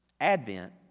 Advent